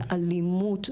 באלימות,